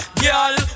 girl